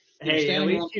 Hey